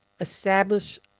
establish